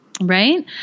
right